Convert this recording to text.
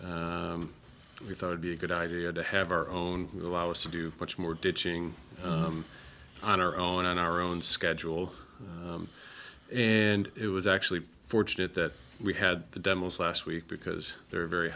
and we thought would be a good idea to have our own allow us to do much more ditching on our own on our own schedule and it was actually fortunate that we had the demos last week because they were very